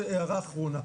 הערה אחרונה.